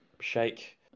shake